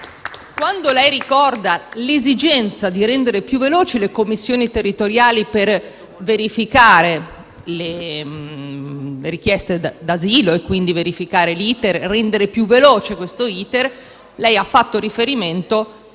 Quando lei ricorda l'esigenza di rendere più veloce le commissioni territoriali per verificare le richieste d'asilo e, quindi, rendere più veloce l'*iter*, lei ha fatto riferimento